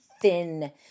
thin